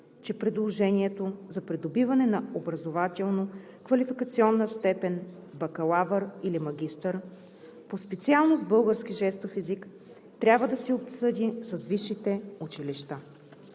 че предложението за придобиване на образователно-квалификационна степен „бакалавър“ или „магистър“ по специалност „Български жестов език“ трябва да се обсъди с висшите училища.